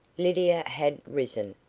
lydia had risen,